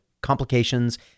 complications